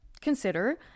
consider